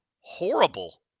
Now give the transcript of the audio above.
horrible